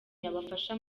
yabafasha